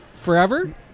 Forever